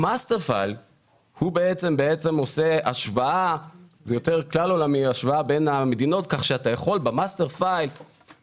ה-master file בעצם עושה השוואה בין המדינות כך שאתה יכול לבדוק,